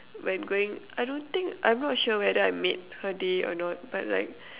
when going I don't think I'm not sure whether I made her day or not but like